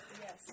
yes